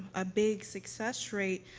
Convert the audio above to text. a big success rate,